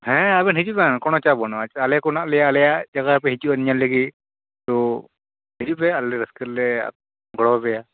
ᱦᱮᱸ ᱟᱵᱤᱱ ᱦᱤᱡᱩᱜᱵᱮᱱ ᱠᱚᱱᱚᱪᱟᱯ ᱵᱟᱹᱱᱩᱜᱼᱟ ᱟᱞᱮᱠᱚ ᱦᱮᱱᱟᱜ ᱞᱮᱭᱟ ᱟᱞᱮᱭᱟᱜ ᱡᱟᱭᱜᱟᱯᱮ ᱦᱤᱡᱩᱜᱼᱟ ᱧᱮᱞ ᱞᱟᱹᱜᱤᱫ ᱛᱚ ᱦᱤᱡᱩᱜ ᱯᱮ ᱟᱞᱮᱞᱮ ᱨᱟ ᱥᱠᱟ ᱛᱮᱞᱮ ᱜᱚᱲᱚᱣᱟᱯᱮᱭᱟ